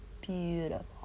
beautiful